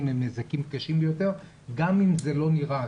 הם נזקים קשים ביותר גם אם זה לא נראה,